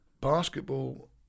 basketball